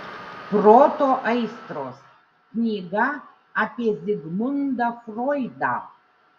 proto aistros knyga apie zigmundą froidą